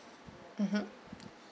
mmhmm